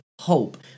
hope